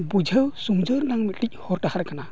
ᱵᱩᱡᱷᱟᱹᱣ ᱥᱩᱢᱡᱷᱟᱹᱣ ᱨᱮᱱᱟᱝ ᱢᱤᱫᱴᱤᱡ ᱦᱚᱨᱰᱟᱦᱟᱨ ᱠᱟᱱᱟ